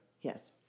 Yes